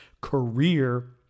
career